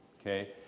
Okay